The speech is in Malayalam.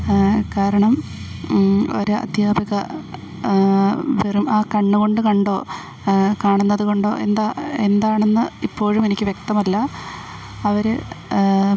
കാരണം ഒരു അധ്യാപിക വെറും ആ കണ്ണുകൊണ്ടു കണ്ടോ കാണുന്നതുകൊണ്ടോ എന്താണെന്ന് ഇപ്പോഴും എനിക്കു വ്യക്തമല്ല അവര്